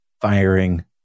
firing